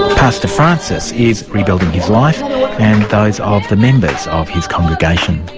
pastor francis is rebuilding his life and those of the members of his congregation.